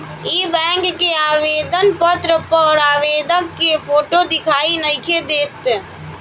इ बैक के आवेदन पत्र पर आवेदक के फोटो दिखाई नइखे देत